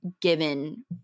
given